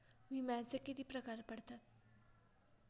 विम्याचे किती प्रकार पडतात?